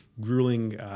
grueling